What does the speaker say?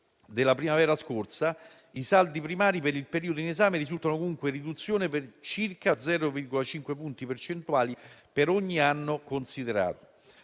della primavera scorsa, i saldi primari per il periodo in esame risultano comunque in riduzione di circa 0,5 punti percentuali per ogni anno considerato.